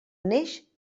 neix